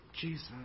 Jesus